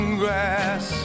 grass